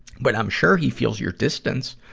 but i'm sure he feels your distance.